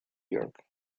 york